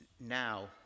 now